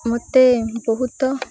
ମୋତେ ବହୁତ